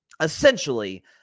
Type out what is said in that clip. essentially